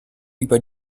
über